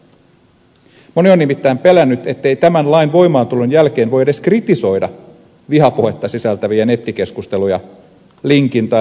moni on nimittäin pelännyt ettei tämän lain voimaantulon jälkeen voi edes kritisoida vihapuhetta sisältäviä nettikeskusteluja linkin tai lainauksen kera